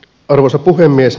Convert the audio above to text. arvoisa puhemies